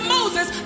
Moses